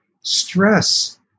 stress